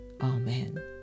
amen